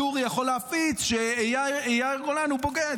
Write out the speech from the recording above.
ואטורי יכול להפיץ שיאיר גולן הוא בוגד,